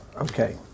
Okay